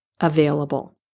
available